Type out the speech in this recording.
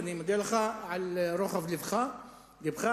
ואני מודה לך על רוחב לבך,